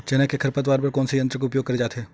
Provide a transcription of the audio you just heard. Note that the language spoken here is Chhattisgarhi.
चना के खरपतवार बर कोन से यंत्र के उपयोग करे जाथे?